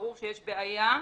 ברור שיש בעיה,